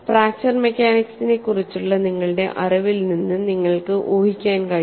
fracture മെക്കാനിക്സിനെക്കുറിച്ചുള്ള നിങ്ങളുടെ അറിവിൽ നിന്ന് നിങ്ങൾക്ക് ഊഹിക്കാൻ കഴിയും